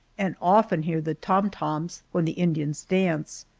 and often hear the tom-toms when the indians dance.